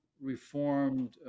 reformed